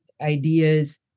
ideas